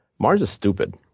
mars is stupid.